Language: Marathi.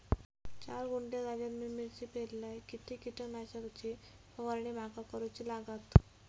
चार गुंठे जागेत मी मिरची पेरलय किती कीटक नाशक ची फवारणी माका करूची लागात?